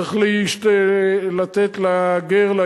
צריך לתת לגר,